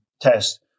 test